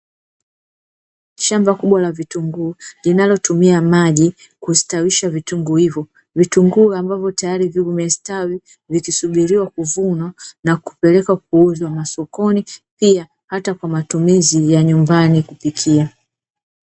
Shamba kubwa la vitunguu linalotumia maji kustawisha vitunguu hivyo, vitunguu ambavyo tayari vimestawi vikisuburiwa kuvunwa, na kupelekwa kuuzwa masokoni pia hata kwa matumizi ya nyumbani kupikia.